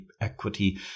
equity